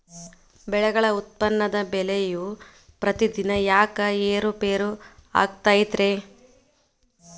ಬೆಳೆಗಳ ಉತ್ಪನ್ನದ ಬೆಲೆಯು ಪ್ರತಿದಿನ ಯಾಕ ಏರು ಪೇರು ಆಗುತ್ತೈತರೇ?